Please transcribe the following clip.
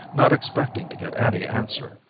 not expecting to get any answer.